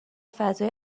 فضای